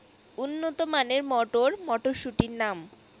উন্নত মানের মটর মটরশুটির নাম?